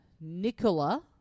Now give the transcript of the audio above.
Nicola